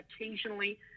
occasionally